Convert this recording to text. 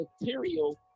material